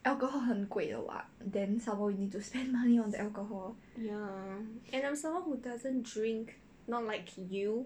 alcohol 很贵的 [what] then somemore you need to spend money on the alcohol